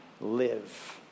live